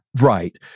Right